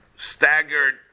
Staggered